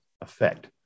effect